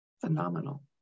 phenomenal